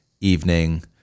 evening